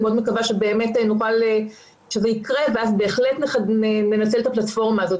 אני באמת מקווה שזה יקרה ואז בהחלט ננצל את הפלטפורמה הזאת,